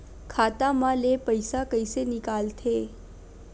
खाता मा ले पईसा कइसे निकल थे?